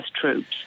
troops